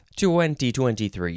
2023